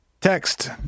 text